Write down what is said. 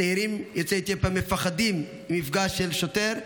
צעירים יוצאי אתיופיה מפחדים ממפגש עם שוטר,